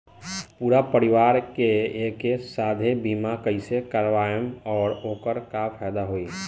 पूरा परिवार के एके साथे बीमा कईसे करवाएम और ओकर का फायदा होई?